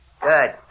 Good